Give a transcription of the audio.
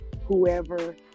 whoever